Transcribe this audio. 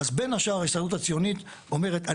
אז בין השאר ההסתדרות הציונית אומרת,